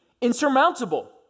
insurmountable